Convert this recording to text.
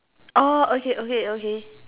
oh okay okay okay